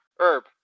Herb